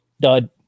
Dud